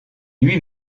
lui